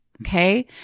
Okay